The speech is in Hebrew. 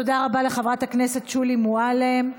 תודה רבה לחברת הכנסת שולי מועלם.